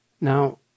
Now